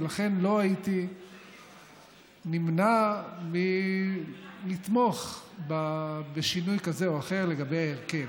ולכן לא הייתי נמנע מלתמוך בשינוי כזה או אחר לגבי ההרכב.